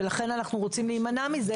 ולכן אנחנו רוצים להימנע מזה.